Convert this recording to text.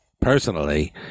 personally